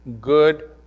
good